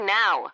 now